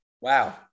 Wow